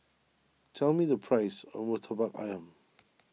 tell me the price of Murtabak Ayam